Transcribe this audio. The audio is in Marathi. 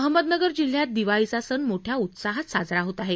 अहमदनगर जिल्ह्यत दिवाळीचा सण मोठया उत्साहात साजरा होत आहे